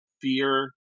fear